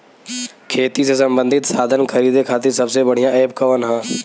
खेती से सबंधित साधन खरीदे खाती सबसे बढ़ियां एप कवन ह?